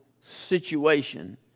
situation